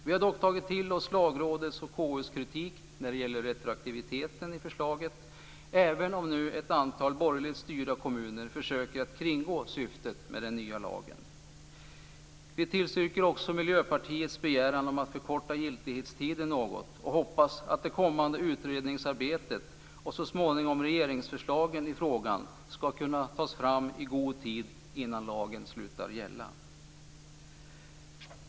Vi har dock tagit till oss av Lagrådets och KU:s kritik när det gäller retroaktiviteten i förslaget, även om ett antal borgerligt styrda kommuner försöker att kringgå syftet med den nya lagen. Vi tillstyrker också Miljöpartiets begäran om att förkorta giltighetstiden något, och vi hoppas att det kommande utredningsarbetet och så småningom regeringsförslagen i frågan skall kunna tas fram i god tid innan lagen slutar att gälla.